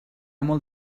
molt